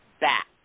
back